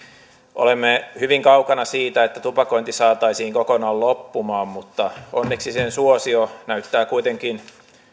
olemme hyvin kaukana siitä että tupakointi saataisiin kokonaan loppumaan mutta onneksi sen suosio näyttää kuitenkin